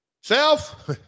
self